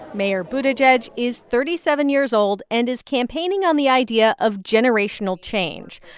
mayor buttigieg is thirty seven years old and is campaigning on the idea of generational change,